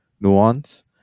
nuance